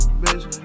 bitch